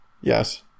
Yes